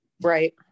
Right